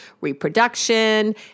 reproduction